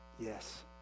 Yes